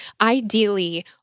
ideally